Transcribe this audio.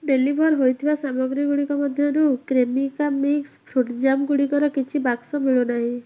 deliver ହୋଇଥିବା ସାମଗ୍ରୀଗୁଡ଼ିକ ମଧ୍ୟରୁ କ୍ରେମିକା ମିକ୍ସ୍ ଫ୍ରୁଟ୍ ଜାମ୍ ଗୁଡ଼ିକର କିଛି ବାକ୍ସ ମିଳୁନାହିଁ